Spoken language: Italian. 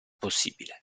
possibile